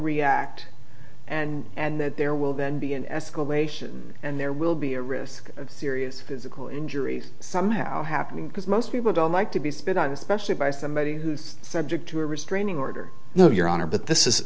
react and and that there will then be an escalation and there will be a risk of serious physical injuries somehow happening because most people don't like to be spit on especially by somebody subject to a restraining order no your honor but this